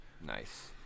nice